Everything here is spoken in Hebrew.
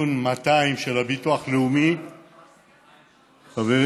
תיקון 200 לחוק הביטוח הלאומי, חברים,